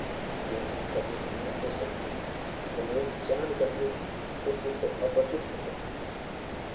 यह चीज़ करने से आपको सकती कि जब वह जानकर भी उस चीज़ से अपरिचित होते हैं